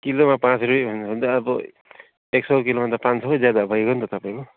किलोमा पाँच रुपियाँ भन्यो भने त अब एक सय किलोमा त पाँच सय नै ज्यादा भइगयो नि त तपाईँको